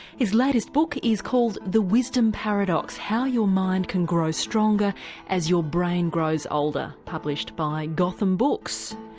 his latest book is called the wisdom paradox how your mind can grow stronger as your brain grows older published by gotham books.